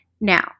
Now